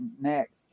next